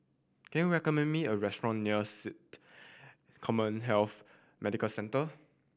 can you recommend me a restaurant near SATA CommHealth Medical Centre